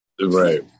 Right